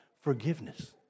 forgiveness